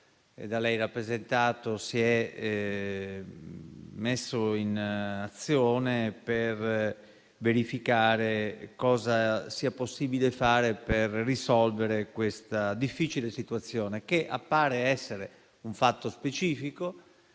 da lei rappresentato si è messo tempestivamente in azione per verificare cosa sia possibile fare per risolvere questa difficile situazione, che appare come un fatto specifico,